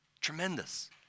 Tremendous